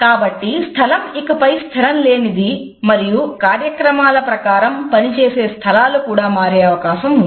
కాబట్టి స్థలం ఇకపై స్థిరం లేనిది మరియు కార్యక్రమాల ప్రకారం పని చేసే స్థలాలు కూడా మారె అవకాశం ఉంది